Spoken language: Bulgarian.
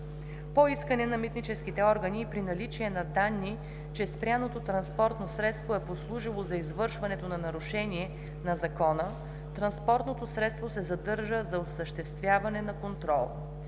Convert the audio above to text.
По искане на митническите органи и при наличие на данни, че спряното транспортно средство е послужило за извършването на нарушение на закона, транспортното средство се задържа за осъществяване на контрол.